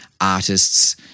artists